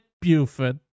Buford